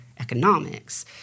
economics